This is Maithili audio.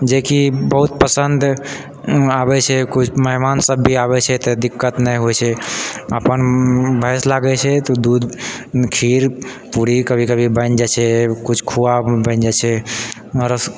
जेकि बहुत पसन्द आबैत छै किछु मेहमानसभ भी आबैत छै तऽ दिक्कत नहि होइत छै अपन भैंस लागैत छै तऽ दूध खीर पूरी कभी कभी बनि जाइत छै किछु खोआ बनि जाइत छै आ